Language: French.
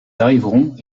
arriverons